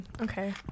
okay